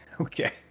Okay